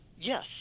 Yes